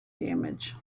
damage